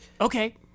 Okay